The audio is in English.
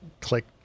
click